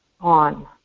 on